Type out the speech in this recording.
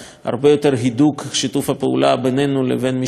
הידוק שיתוף הפעולה בינינו לבין המשטרה והכבאות,